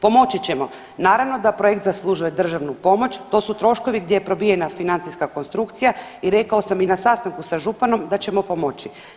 Pomoći ćemo, naravno da projekt zaslužuje državnu pomoć, to su troškovi gdje je probijena financijska konstrukcija i rekao sam i na sastanku sa županom da ćemo pomoći.